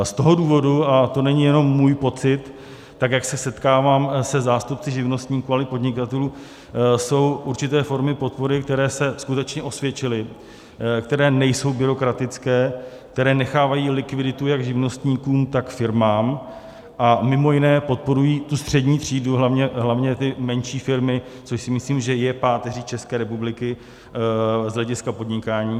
Z toho důvodu, a to není jenom můj pocit, jak se setkávám se zástupci živnostníků, ale i podnikatelů, jsou určité formy podpory, které se skutečně osvědčily, které nejsou byrokratické, které nechávají likviditu jak živnostníkům, tak firmám, a mimo jiné podporují střední třídu, hlavně ty menší firmy, což si myslím, že je páteří České republiky z hlediska podnikání.